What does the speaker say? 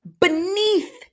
beneath